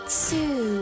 two